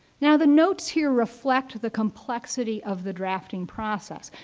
now, the notes here reflect the complexity of the drafting process.